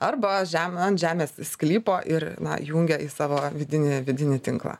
arba žemę ant žemės sklypo ir na jungia į savo vidinį vidinį tinklą